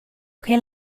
che